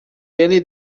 ele